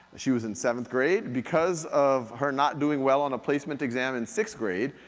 she was in seventh grade. because of her not doing well on a placement exam in sixth grade,